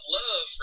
love